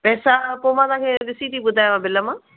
पैसा पोइ मां तव्हांखे ॾिसी ॿुधायांव बिल मां